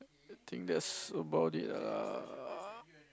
I think that's about it ah